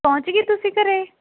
ਪਹੁੰਚ ਗਏ ਤੁਸੀਂ ਘਰ